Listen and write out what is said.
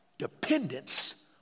dependence